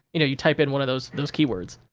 you know, you type in one of those those keywords.